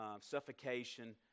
suffocation